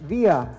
Via